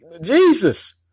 Jesus